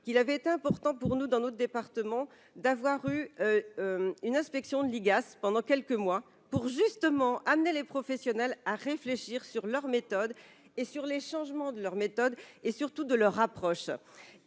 qui l'avait important pour nous dans notre département, d'avoir eu une inspection de l'IGAS pendant quelques mois pour justement amener les professionnels à réfléchir sur leurs méthodes et sur les changements de leurs méthodes et surtout de leur approche